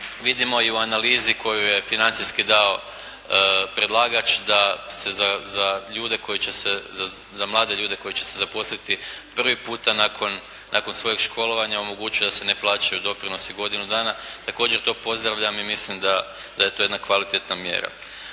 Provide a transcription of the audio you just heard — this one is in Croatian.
vidimo i u analizi koju je financijski dao predlagač da se za ljude koji će se, za mlade ljude koji će se zaposliti prvi puta nakon svojeg školovanja, omogućiti da se ne plaćaju doprinosi godinu dana također to pozdravljam i mislim da je to jedna kvalitetna mjera.